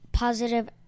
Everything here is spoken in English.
positive